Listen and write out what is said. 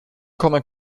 kommen